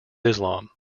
islam